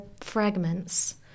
fragments